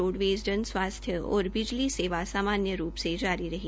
roadways जन स्वास्थ्य और बिजली सेवा सामान्य रूप जारी रही